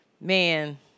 man